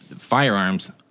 Firearms